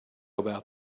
about